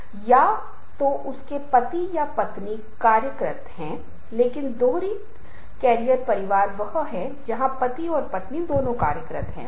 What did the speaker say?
मैंने पहले की कुछ प्रस्तुतियों में संस्कृति के बारे में बात की है लेकिन मैं केवल यह बताना चाहता हूं कि विभिन्न दर्शकों को विभिन्न प्रकार की संस्कृति या सांस्कृतिक झुकाव हैं जिनसे आपको अवगत होने की आवश्यकता है